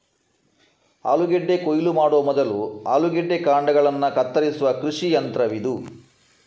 ಆಲೂಗೆಡ್ಡೆ ಕೊಯ್ಲು ಮಾಡುವ ಮೊದಲು ಆಲೂಗೆಡ್ಡೆ ಕಾಂಡಗಳನ್ನ ಕತ್ತರಿಸುವ ಕೃಷಿ ಯಂತ್ರವಿದು